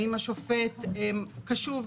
האם השופט קשוב אליו,